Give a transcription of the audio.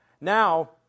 Now